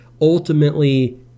ultimately